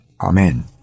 amen